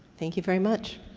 thank you very much.